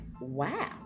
wow